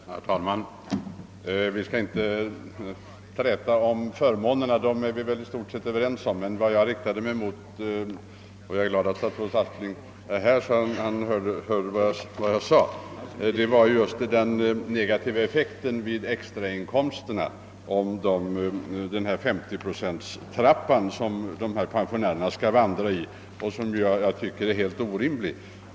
Herr talman! Vi skall inte träta om förmånerna eftersom vi väl i stort sett är överens om dem. Det jag riktade mig mot, och jag är glad att socialminister Aspling hörde vad jag sade, gäller den negativa effekten vid extrainkomster och den enligt min mening helt orimliga 50-procentstrappa som pensionärerna måste vandra i.